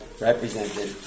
represented